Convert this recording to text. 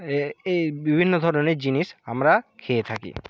এই বিভিন্ন ধরনের জিনিস আমরা খেয়ে থাকি